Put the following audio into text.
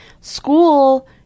school